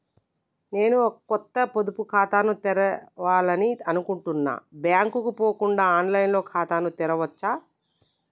నేను ఒక కొత్త పొదుపు ఖాతాను తెరవాలని అనుకుంటున్నా బ్యాంక్ కు పోకుండా ఆన్ లైన్ లో ఖాతాను తెరవవచ్చా?